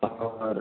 offer